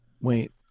Wait